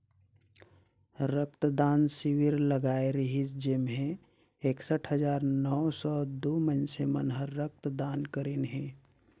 रक्त दान सिविर लगाए रिहिस जेम्हें एकसठ हजार नौ सौ दू मइनसे मन हर रक्त दान करीन हे